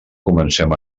comencem